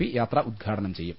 P യാത്ര ഉദ്ഘാടനം ചെയ്യും